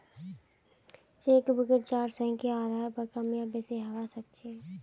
चेकबुकेर चार्ज चेकेर संख्यार आधार पर कम या बेसि हवा सक्छे